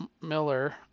Miller